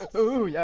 oh, yeah